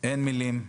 אין מילים.